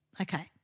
Okay